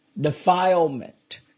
defilement